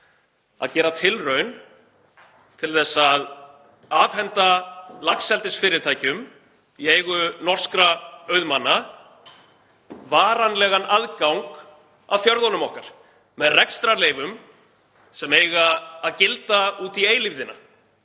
að gera tilraun til að afhenda laxeldisfyrirtækjum í eigu norskra auðmanna varanlegan aðgang að fjörðunum okkar með rekstrarleyfum sem eiga að gilda út í eilífðina